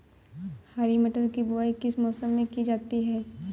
हरी मटर की बुवाई किस मौसम में की जाती है?